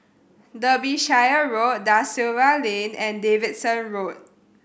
Derbyshire Road Da Silva Lane and Davidson Road